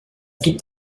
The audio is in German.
gibt